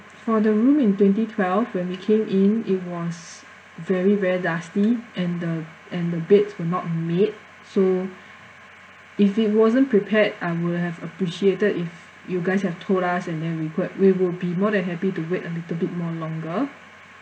for the room in twenty twelve when we came in it was very very dusty and the and the beds were not made so if it wasn't prepared I would have appreciated if you guys have told us and then we could we will be more than happy to wait a little bit more longer